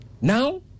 Now